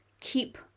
keep